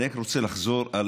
אני רק רוצה לחזור על